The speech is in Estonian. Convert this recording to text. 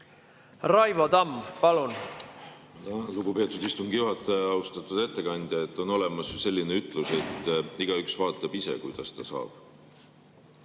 Raivo Tamm, palun! Lugupeetud istungi juhataja! Austatud ettekandja! On olemas selline ütlus, et igaüks vaatab ise, kuidas ta saab.